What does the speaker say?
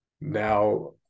now